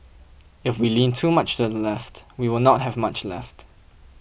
if we lean too much to the left we will not have much left